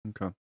Okay